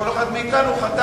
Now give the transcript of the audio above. כל אחד מאתנו חתם על,